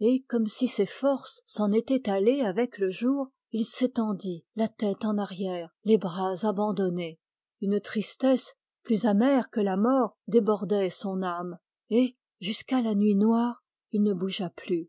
et comme si ses forces s'en étaient allées avec le jour il s'étendit la tête en arrière les bras abandonnés une tristesse plus amère que la mort débordait son âme et jusqu'à la nuit noire il ne bougea plus